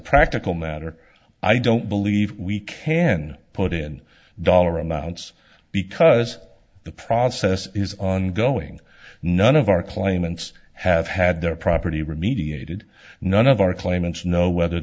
practical matter i don't believe we can put in dollar amounts because the process is ongoing none of our claimants have had their property remediated none of our claimants know whether